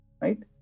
right